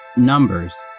numbers,